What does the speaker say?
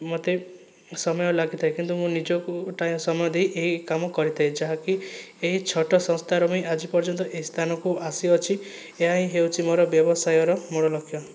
ମୋତେ ସମୟ ଲାଗିଥାଏ କିନ୍ତୁ ମୁଁ ନିଜକୁ ଟାଇମ୍ ସମୟ ଦେଇ ଏହି କାମ କରିଥାଏ ଯାହାକି ଏହି ଛୋଟ ସଂସ୍ଥାର ମୁଁ ଆଜି ପର୍ଯ୍ୟନ୍ତ ଏହି ସ୍ଥାନକୁ ଆସିଅଛି ଏହାହିଁ ହେଉଛି ମୋର ବ୍ୟବସାୟର ମୂଳଲକ୍ଷ୍ୟ